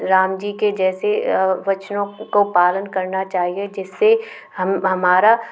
राम जी के जैसे वचनों को पालन करना चाहिए जिससे हम हमारा